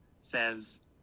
says